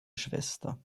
schwester